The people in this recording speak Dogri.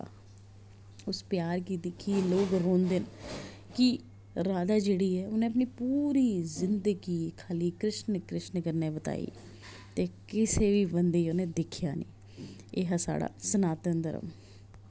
उस प्यार गी दिक्खियै लोक रौंदे न कि राधा जेह्ड़ी ऐ उ'न्ने अपनी पूरी जिंदगी खा'ल्ली कृष्ण कृष्ण कन्नै बताई ते किसै बी बंदे ई उ'न्ने दिक्खेआ नेईं एह् हा साढ़ा सनातन धर्म